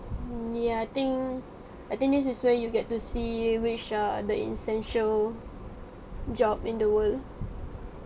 ya I think I think this is where you'll get to see which are the essential job in the world